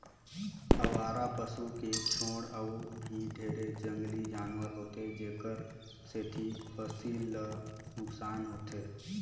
अवारा पसू के छोड़ अउ भी ढेरे जंगली जानवर होथे जेखर सेंथी फसिल ल नुकसान होथे